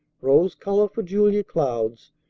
rose-color for julia cloud's,